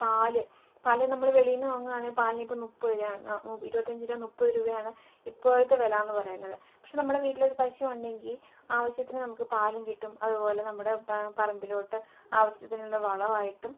പാൽ പാൽ നമ്മൾ വെളിയിൽ നിന്നു വാങ്ങുകയാണെ പാലിന് ഇപ്പം മുപ്പതു രൂപയാണ് ഇരുപത്തഞ്ച് രൂപ മുപ്പതു രൂപയാണ് ഇപ്പോഴത്തെ വിലയെന്നു പറയുന്നത് പക്ഷെ നമ്മുടെ വീട്ടിലൊരു പശു ഉണ്ടെങ്കിൽ ആവശ്യത്തിന് നമുക്ക് പാലും കിട്ടും അതു പോലെ നമ്മുടെ പ പറമ്പിലോട്ട് ആവശ്യത്തിനുള്ള വളമായിട്ടും